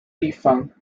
defunct